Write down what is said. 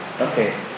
okay